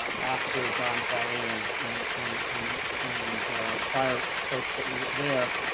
ah after john kelly and and and and and prior folks that were there.